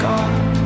God